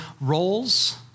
roles